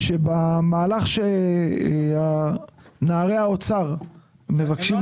אני כאוצר בוודאי יכול להבין את החסרונות של זה.